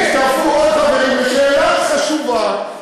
והצטרפו עוד חברים לשאלה החשובה.